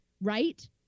right